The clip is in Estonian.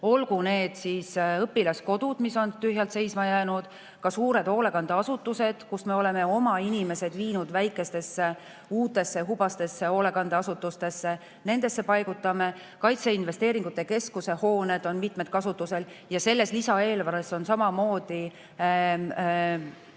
olgu need õpilaskodud, mis on tühjalt seisma jäänud, või suured hoolekandeasutused, kust me oleme oma inimesed viinud väikestesse uutesse hubastesse hoolekandeasutustesse. Kaitseinvesteeringute keskuse hoonetest on mitmed kasutusel. Ja selles lisaeelarves on samamoodi